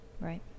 Right